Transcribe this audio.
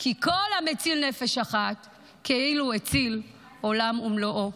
כי כל המציל נפש אחת כאילו הציל עולם ומלואו.